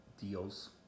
deals